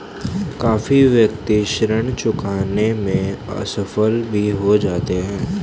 काफी व्यक्ति ऋण चुकाने में असफल भी हो जाते हैं